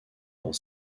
dans